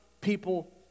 people